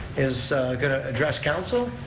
is going to address council.